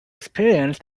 experience